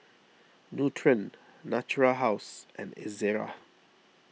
Nutren Natura House and Ezerra